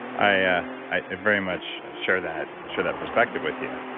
i i very much share that share that perspective with you.